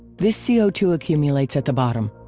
this c o two accumulates at the bottom.